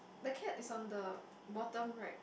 the cat is on the bottom right